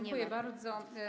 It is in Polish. Dziękuję bardzo.